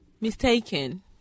Mistaken